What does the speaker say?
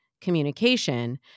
communication